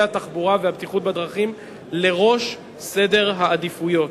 התחבורה והבטיחות בדרכים לראש סדר העדיפויות.